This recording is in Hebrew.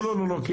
לא, לא.